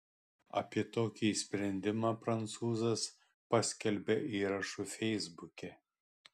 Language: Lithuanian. apie tokį sprendimą prancūzas paskelbė įrašu feisbuke